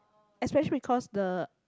especially because the